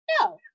no